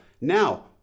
Now